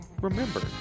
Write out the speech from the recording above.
Remember